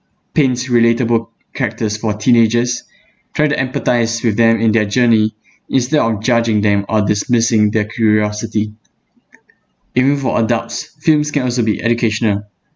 paints relatable characters for teenagers try to empathize with them in their journey instead of judging them or dismissing their curiosity even for adults films can also be educational